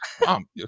mom